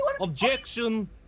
objection